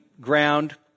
ground